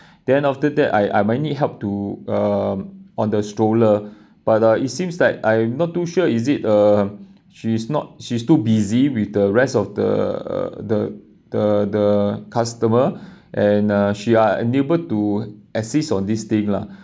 then after that I I might need help to um on the stroller but uh it seems like I'm not too sure is it uh she's not she's too busy with the rest of the uh the the the customer and uh she are unable to assist on this thing lah